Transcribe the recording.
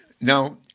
Now